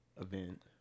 event